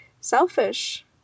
selfish